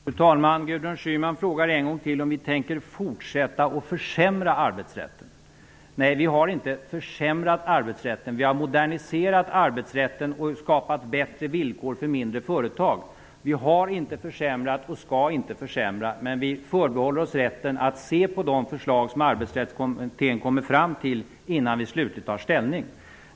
Fru talman! Gudrun Schyman frågade en gång till om vi tänker fortsätta att försämra arbetsrätten. Nej, vi har inte försämrat arbetsrätten. Vi har moderniserat arbetsrätten och skapat bättre villkor för mindre företag. Vi har inte försämrat, och vi skall inte försämra, men vi förbehåller oss rätten att se närmare på de förslag som Arbetsrättskommittén kommer fram till innan vi slutligt tar ställning.